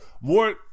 more